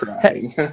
crying